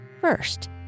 First